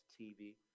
TV